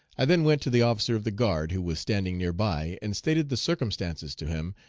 i then went to the officer of the guard, who was standing near by, and stated the circumstances to him,